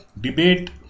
Debate